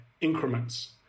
increments